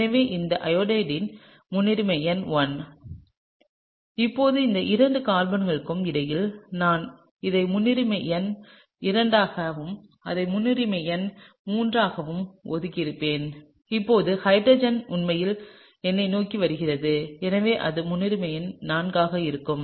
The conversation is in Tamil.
எனவே இந்த அயோடோவின் Iodo's முன்னுரிமை எண் 1 இப்போது இந்த இரண்டு கார்பன்களுக்கு இடையில் நான் இதை முன்னுரிமை எண் 2 ஆகவும் இதை முன்னுரிமை எண் 3 ஆகவும் ஒதுக்கியிருப்பேன் இப்போது ஹைட்ரஜன் உண்மையில் என்னை நோக்கி வருகிறது எனவே அது முன்னுரிமை எண் 4 ஆக இருக்கும்